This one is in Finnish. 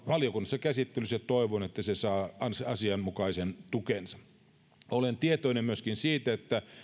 valiokunnassa käsittelyssä ja toivon että se saa asianmukaisen tuen olen tietoinen myöskin siitä että